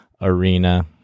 arena